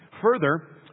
Further